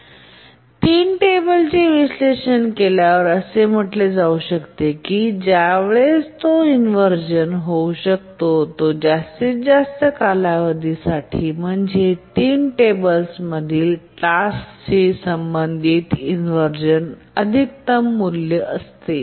3 टेबलांचे विश्लेषण केल्यावर आणि असे म्हटले जाऊ शकते की ज्या वेळेस तो इन्व्हरझन होऊ शकतो तो जास्तीत जास्त कालावधी म्हणजे 3 टेबल्समधील टास्कशी संबंधित इन्व्हरझन अधिकतम मूल्य असते